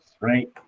right